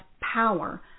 power